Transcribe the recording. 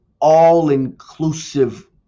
all-inclusive